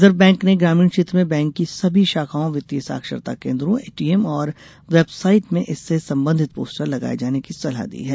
reserve Bank ने ग्रामीण क्षेत्र में बैंक की सभी शाखाओं वित्तीय साक्षरता केन्द्रों एटीएम और वेबसाइट में इससे संबंधित पोस्टर लगाए जाने की सलाह दी है